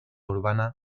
urbana